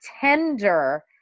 tender